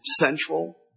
central